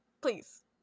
please